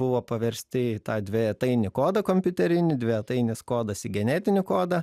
buvo paversti į tą dvejetainį kodą kompiuterinį dvejetainis kodas į genetinį kodą